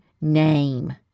name